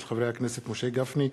של חברי הכנסת משה גפני,